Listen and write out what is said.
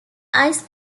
ice